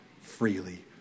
freely